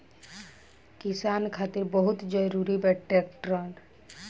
किसान खातिर बहुत जरूरी बा ट्रैक्टर